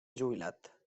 jubilat